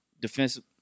defensive